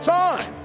time